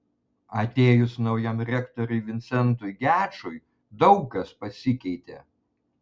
atėjus naujam rektoriui vincentui gečui daug kas pasikeitė